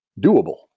doable